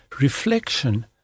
reflection